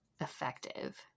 effective